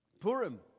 Purim